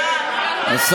מתבייש.